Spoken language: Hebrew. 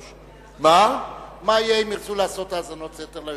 מה יהיה אם ירצו לעשות האזנות סתר ליושב-ראש?